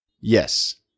Yes